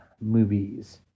movies